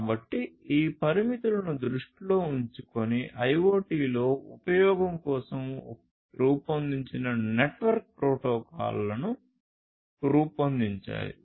కాబట్టి ఈ పరిమితులను దృష్టిలో ఉంచుకుని IoT లో ఉపయోగం కోసం రూపొందించిన నెట్వర్క్ ప్రోటోకాల్లను రూపొందించాలి